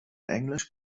englisch